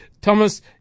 Thomas